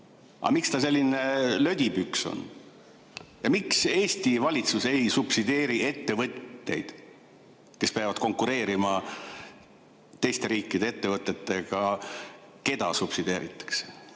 Aga miks ta selline lödipüks on? Miks Eesti valitsus ei subsideeri ettevõtteid, kes peavad konkureerima teiste riikide ettevõtetega, keda subsideeritakse